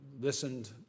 listened